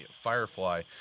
Firefly